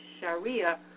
Sharia